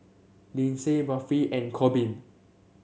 Lynsey Buffy and Corbin